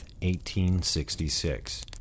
1866